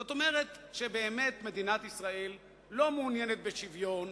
זאת אומרת שבאמת מדינת ישראל לא מעוניינת בשוויון,